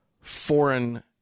foreign